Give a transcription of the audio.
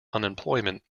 employment